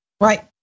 Right